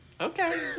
okay